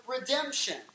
redemption